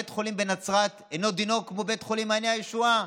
בית חולים בנצרת אין דינו כמו בית חולים מעייני הישועה,